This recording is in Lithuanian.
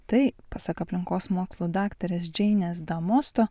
tai pasak aplinkos mokslų daktarės džeinės damosto